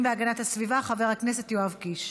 הודעה לסגן מזכירת הכנסת, בבקשה.